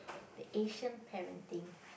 the Asian parenting